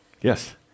Yes